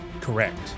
Correct